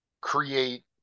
create